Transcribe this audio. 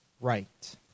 right